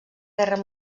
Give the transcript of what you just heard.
guerra